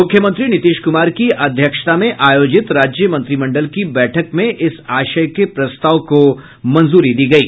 मूख्यमंत्री नीतीश कुमार की अध्यक्षता में आयोजित राज्य मंत्रिमंडल की बैठक में इस आशय के प्रस्ताव को मंजूरी दी गयी